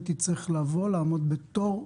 הייתי צריך לבוא ולעמוד תור.